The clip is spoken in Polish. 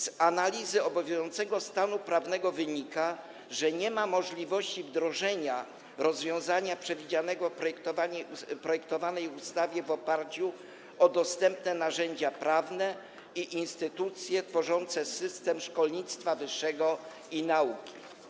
Z analizy obowiązującego stanu prawnego wynika, że nie ma możliwości wdrożenia rozwiązania przewidzianego w projektowanej ustawie w oparciu o dostępne narzędzia prawne i instytucje tworzące system szkolnictwa wyższego i nauki.